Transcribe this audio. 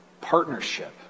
partnership